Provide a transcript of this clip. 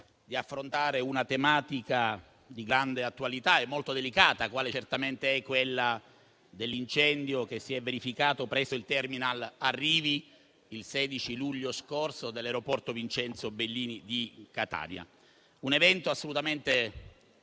di affrontare una tematica di grande attualità e molto delicata, quale certamente è quella dell'incendio che si è verificato il 16 luglio scorso presso il *terminal* arrivi dell'aeroporto Vincenzo Bellini di Catania. Un evento assolutamente